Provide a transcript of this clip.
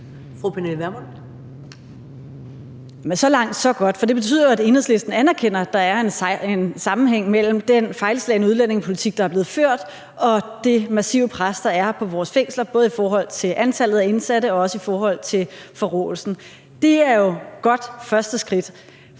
så langt, så godt. For det betyder jo, at Enhedslisten anerkender, at der er en sammenhæng mellem den fejlslagne udlændingepolitik, der er blevet ført, og det massive pres, der er på vores fængsler, både i forhold til antallet af indsatte og også i forhold til forråelsen. Det er jo et godt første skridt.